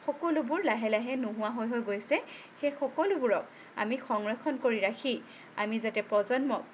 সকলোবোৰ লাহে লাহে নোহোৱা হৈ হৈ গৈছে সেই সকলোবোৰক আমি সংৰক্ষণ কৰি ৰাখি আমি যাতে প্ৰজন্মক